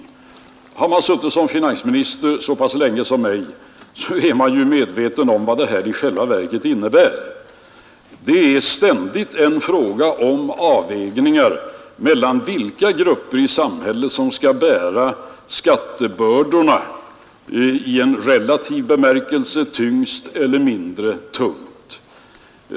Har man suttit som finansminister så pass länge som jag är man ju medveten om vad det här i själva verket innebär. Det är ständigt en fråga om avvägningar rörande vilka grupper i samhället som skall bära skattebördorna i en relativ bemärkelse — tyngst eller mindre tungt.